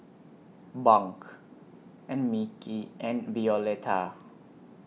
Bunk and Mickey and Violeta